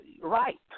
right